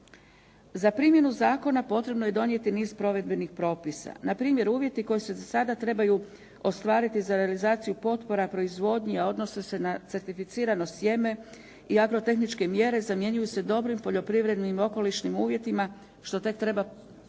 Za primjenu zakona potrebno je i donijeti niz provedbenih propisa. Npr. uvjeti koji su sada trebaju ostvariti za realizaciju potpora proizvodnje a odnose se na certificirano sjeme i agrotehničke mjere zamjenjuju se dobrim poljoprivrednim i okolišnim uvjetima što tek treba definirati.